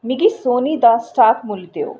मिगी सोनी दा स्टाक मुल्ल देओ